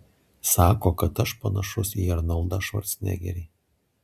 sako kad aš panašus į arnoldą švarcnegerį